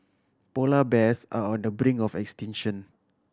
polar bears are on the brink of extinction